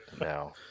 now